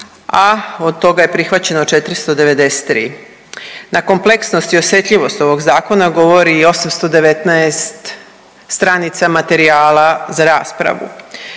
a od toga je prihvaćeno 493. Na kompleksnost i osetljivost ovog zakona govori i 819 stranica materijala za raspravu.